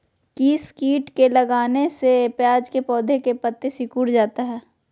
किस किट के लगने से प्याज के पौधे के पत्ते सिकुड़ जाता है?